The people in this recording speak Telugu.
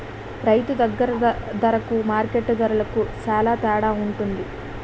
రైతు దగ్గర దరకు మార్కెట్టు దరకు సేల తేడవుంటది